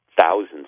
thousands